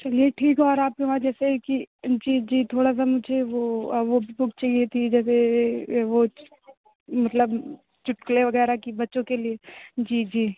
चलिए ठीक है और आपके वहाँ जैसे कि जी जी थोड़ा ना मुझे वह बुक चाहिए थी जैसे मतलब चुटकुले वग़ैरह की बच्चों के जी जी